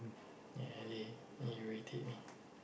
Yeah they they they irritate me